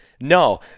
No